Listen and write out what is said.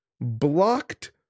blocked